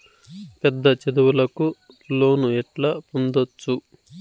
పెద్ద చదువులకు లోను ఎట్లా పొందొచ్చు